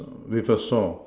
with a saw